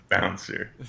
bouncer